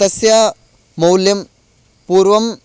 तस्य मौल्यं पूर्वं